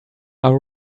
are